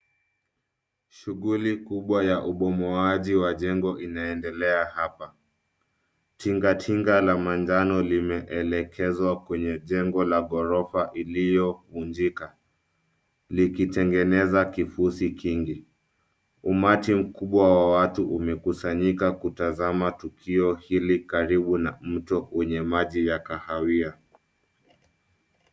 Shughuli kubwa ya ubomoaji wa jengo inaendelea hapa. Tingatinga la manjano limeelekezwa kwenye jengo la ghorofa iliyovunjika likitengeneza kifusi kingi. Umati mkubwa wa watu umekusanyika kutazama tukio hili karibu na mto wenye maji ya kahawia.